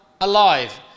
alive